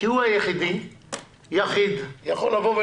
כי הוא יכול לבוא לבדו